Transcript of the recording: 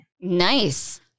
Nice